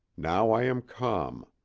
now i am calm,